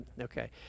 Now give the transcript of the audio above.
okay